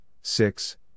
six